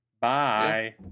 Bye